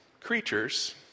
creatures